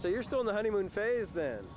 so you're still in the honeymoon phase